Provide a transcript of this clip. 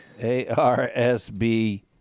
ARSB